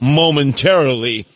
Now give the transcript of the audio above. momentarily